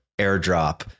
airdrop